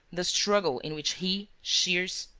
the struggle in which he, shears,